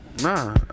Nah